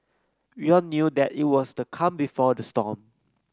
we all knew that it was the calm before the storm